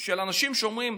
אנשים שאומרים: